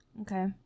Okay